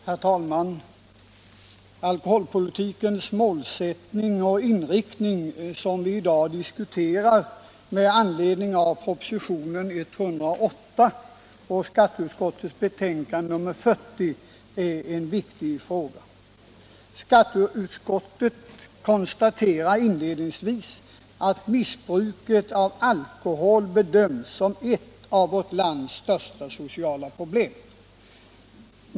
Herr talman! Alkoholpolitikens målsättning och inriktning, som vi i dag diskuterar med anledning av propositionen 108 och skatteutskottets betänkande nr 40, är en viktig fråga. Skatteutskottet konstaterar inledningsvis att missbruket av alkohol bedöms vara ett av vårt lands största sociala problem.